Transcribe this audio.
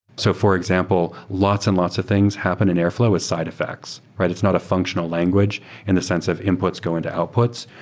so for example, lots and lots of things happen in airflow is side effects. it's not a functional language in the sense of inputs going to outputs,